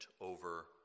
over